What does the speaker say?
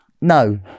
No